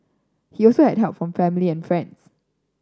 he also had help from family and friends